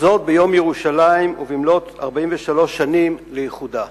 וזאת ביום ירושלים ובמלאות 43 שנים לאיחודה,